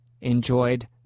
enjoyed